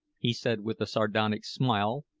he said with a sardonic smile,